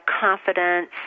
confidence